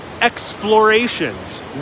explorations